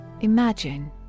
imagine